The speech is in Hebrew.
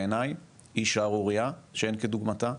בעיניי היא שערורייה שאין כדוגמתה,